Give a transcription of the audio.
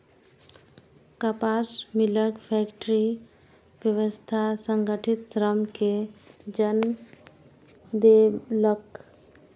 कपास मिलक फैक्टरी व्यवस्था संगठित श्रम कें जन्म देलक